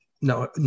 no